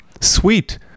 Sweet